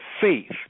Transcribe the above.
faith